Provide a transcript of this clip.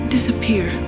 Disappear